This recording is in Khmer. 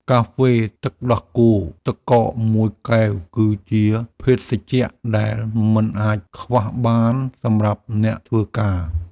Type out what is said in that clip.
កាហ្វេទឹកដោះគោទឹកកកមួយកែវ គឺជាភេសជ្ជៈដែលមិនអាចខ្វះបានសម្រាប់អ្នកធ្វើការ។